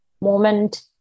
moment